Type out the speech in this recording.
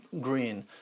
green